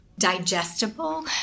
digestible